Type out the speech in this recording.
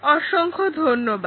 অসংখ্য ধন্যবাদ